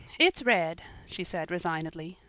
it's red, she said resignedly.